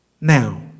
Now